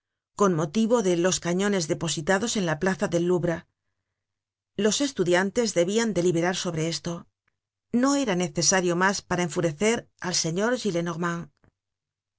con motivo de los cañones depositados en la plaza del louvre los estudiantes debian deliberar sobre esto no era necesario mas para enfurecer al señor